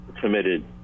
committed